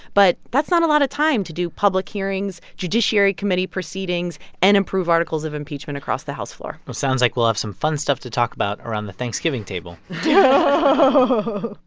but that's not a lot of time to do public hearings, judiciary committee proceedings and approve articles of impeachment across the house floor well, sounds like we'll have some fun stuff to talk about around the thanksgiving table oh.